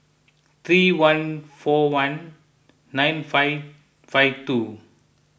three one four one nine five five two